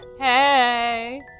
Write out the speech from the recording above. Hey